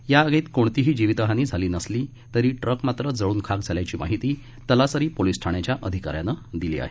या आगीत कोणतीही जीवितहानी झाली नसली तरी ट्रक मात्र जळून खाक झाल्याची माहिती तलासरी पोलीस ठाण्याच्या अधिकाऱ्यानं दिली आहे